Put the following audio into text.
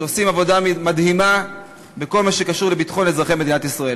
שעושים עבודה מדהימה בכל מה שקשור לביטחון אזרחי מדינת ישראל.